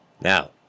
Now